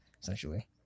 essentially